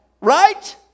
Right